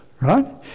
right